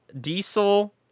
diesel